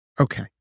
Okay